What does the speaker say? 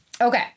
okay